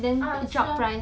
ah 是啊